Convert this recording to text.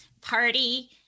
party